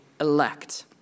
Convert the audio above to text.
elect